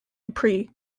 dupree